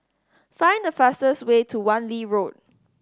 find the fastest way to Wan Lee Road